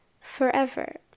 forever